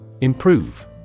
Improve